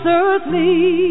earthly